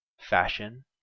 fashion